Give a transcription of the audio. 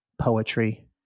poetry